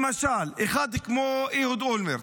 למשל, אחד כמו אהוד אולמרט,